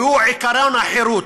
והוא עקרון החירות.